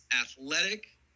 athletic